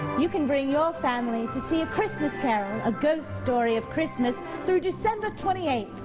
you can bring your family to see a christmas carole, a ghost story of christmas, through december twenty eighth.